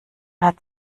hat